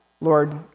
Lord